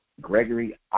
Gregory